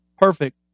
Perfect